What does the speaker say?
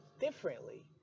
differently